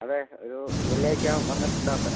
അതെ ഒരു വെള്ളിയാഴ്ച്ച വന്നിട്ട് ഇട്ടാൽ പോരെ